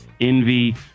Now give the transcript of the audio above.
envy